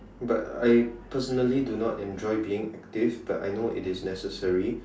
but I personally do not enjoy being active but I know it is necessary